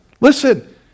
Listen